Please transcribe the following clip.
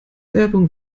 werbung